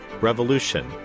Revolution